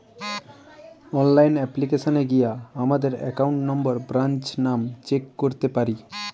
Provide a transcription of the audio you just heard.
online অ্যাপ্লিকেশানে গিয়া আমাদের একাউন্ট নম্বর, ব্রাঞ্চ নাম চেক করতে পারি